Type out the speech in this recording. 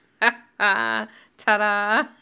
Ta-da